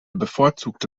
bevorzugte